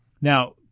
Now